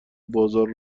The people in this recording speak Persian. بازار